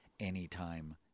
anytime